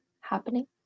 happening